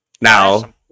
now